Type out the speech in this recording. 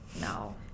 no